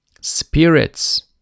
spirits